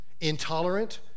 intolerant